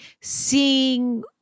seeing